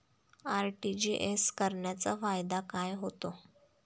RTGS करण्याचा फायदा काय होतो?